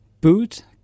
boot